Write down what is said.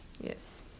Yes